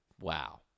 Wow